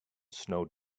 snow